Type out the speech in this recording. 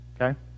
Okay